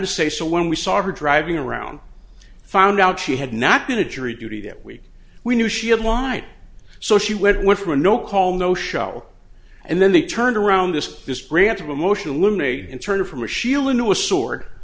to say so when we saw her driving around found out she had not been to jury duty that week we knew she had wine so she went with her no call no show and then they turned around this this branch of emotion limited in turn from a she'll into a sword